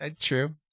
True